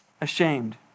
ashamed